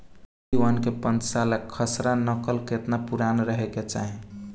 B one और पांचसाला खसरा नकल केतना पुरान रहे के चाहीं?